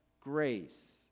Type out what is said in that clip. grace